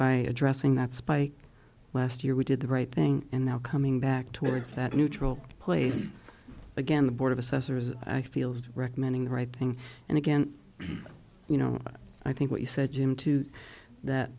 by addressing that spike last year we did the right thing and now coming back towards that neutral place again the board of assessors i feel is recommending the right thing and again you know i think what you said jim to that